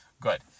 Good